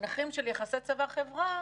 במונחים של יחסי צבא-חברה,